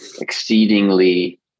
exceedingly